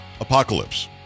Apocalypse